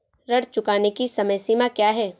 ऋण चुकाने की समय सीमा क्या है?